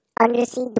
undersea